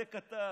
זה כתב.